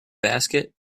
basket